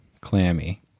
clammy